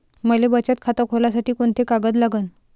मले बचत खातं खोलासाठी कोंते कागद लागन?